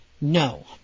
No